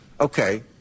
okay